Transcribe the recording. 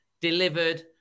delivered